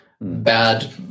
bad